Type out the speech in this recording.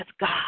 God